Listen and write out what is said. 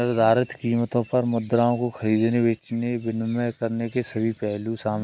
निर्धारित कीमतों पर मुद्राओं को खरीदने, बेचने और विनिमय करने के सभी पहलू शामिल हैं